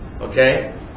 Okay